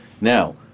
Now